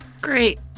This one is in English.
Great